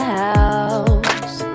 house